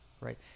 right